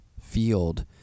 field